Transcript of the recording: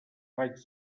raig